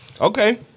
Okay